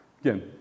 Again